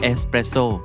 Espresso